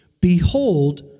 Behold